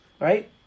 Right